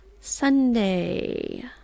Sunday